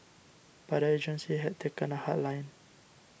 but the agency has taken a hard line